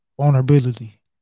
vulnerability